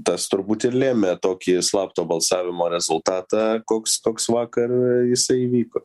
tas turbūt ir lėmė tokį slapto balsavimo rezultatą koks toks vakar jisai įvyko